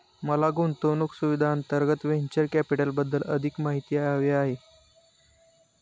मला गुंतवणूक सुविधांअंतर्गत व्हेंचर कॅपिटलबद्दल अधिक माहिती हवी आहे